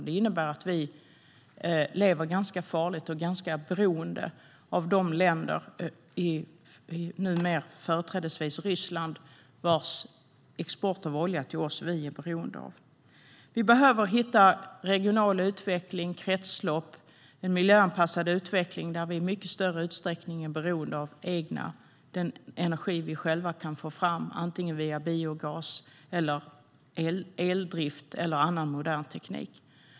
Det betyder att vi lever ganska farligt och är beroende av de länder - numera företrädesvis Ryssland - som exporterar olja. Vi behöver en regional utveckling, kretslopp och en miljöanpassad utveckling där vi i mycket större utsträckning är beroende av den energi vi själva kan få fram, antingen via biogas eller via eldrift eller annan modern teknik.